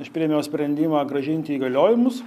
aš priėmiau sprendimą grąžinti įgaliojimus